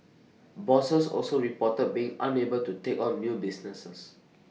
bosses also reported being unable to take on new businesses